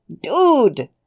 dude